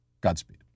Godspeed